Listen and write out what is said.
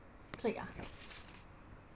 click ah